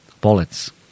bullets